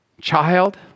child